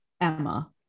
Emma